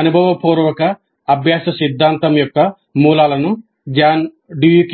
అనుభవ పూర్వక అభ్యాస సిద్ధాంతం యొక్క మూలాలను జాన్ డ్యూయీ